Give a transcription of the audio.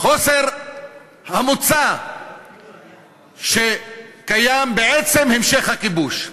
חוסר המוצא שקיים בעצם המשך הכיבוש,